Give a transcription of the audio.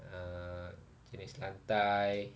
uh jenis lantai